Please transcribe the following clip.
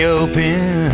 open